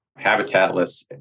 habitatless